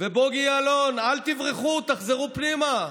ולבוגי יעלון: אל תברחו, תחזרו פנימה.